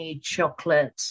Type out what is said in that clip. chocolate